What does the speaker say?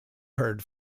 heard